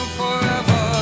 forever